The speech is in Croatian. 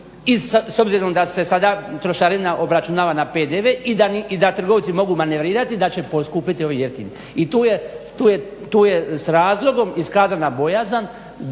i s obzirom da se sada trošarina obračunava na PDV i da trgovci mogu manevrirati da će poskupjeti ovi jeftini. I tu je s razlogom iskazana bojazan